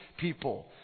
people